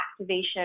activation